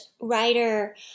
writer